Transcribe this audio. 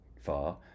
far